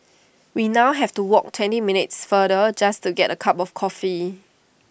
we now have to walk twenty minutes farther just to get A cup of coffee